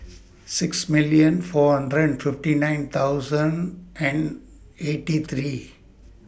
six million four hundred and fifty nine thousand and eighty three